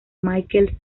mikel